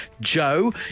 Joe